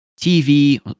TV